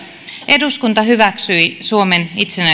eduskunta hyväksyi suomen itsenäisyysjulistuksen